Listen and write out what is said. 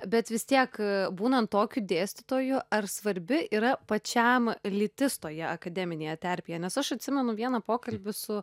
bet vis tiek būnant tokiu dėstytoju ar svarbi yra pačiam lytis toje akademinėje terpėje nes aš atsimenu vieną pokalbį su